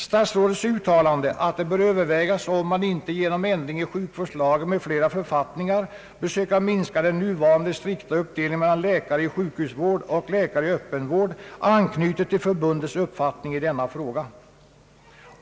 Statsrådets uttalande, att det bör övervägas om man inte genom ändring i sjukvårdslagen m.fl. författningar bör söka minska den nuvarande strikta uppdelningen mellan läkare i sjukhusvård och läkare i öppen vård, anknyter till förbundets uppfattning i denna fråga.